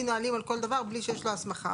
נהלים על כל דבר בלי שיש לו הסמכה.